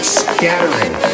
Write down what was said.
scattering